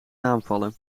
naamvallen